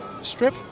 strip